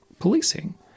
policing